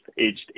aged